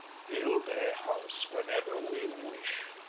build a house whenever we wish!